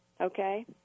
okay